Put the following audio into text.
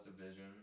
division